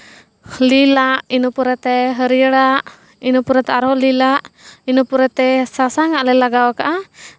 ᱞᱤᱞᱟᱜ ᱤᱱᱟᱹ ᱯᱚᱨᱮᱛᱮ ᱦᱟᱹᱨᱭᱟᱹᱲᱟᱜ ᱤᱱᱟᱹ ᱯᱚᱨᱮᱛᱮ ᱟᱨᱦᱚᱸ ᱦᱟᱹᱨᱭᱟᱹᱲᱟᱜ ᱤᱱᱟᱹ ᱯᱚᱨᱮᱛᱮ ᱥᱟᱥᱟᱝᱼᱟᱜ ᱞᱮ ᱞᱟᱜᱟᱣ ᱠᱟᱜᱼᱟ